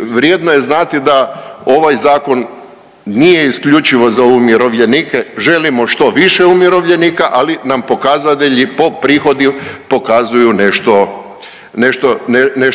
vrijedno je znati da ovaj zakon nije isključivo za umirovljenike. Želimo što više umirovljenika, ali nam pokazatelji po prihodu pokazuju